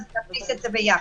אז להכניס את זה יחד.